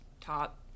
top